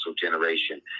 generation